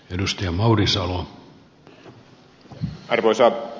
arvoisa herra puhemies